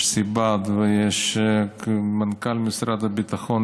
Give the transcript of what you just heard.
יש סיב"ט ויש מנכ"ל משרד הביטחון.